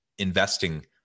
investing